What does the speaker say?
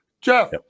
Jeff